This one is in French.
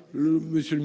par démagogie, vous seriez mieux inspiré, monsieur le